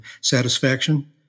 satisfaction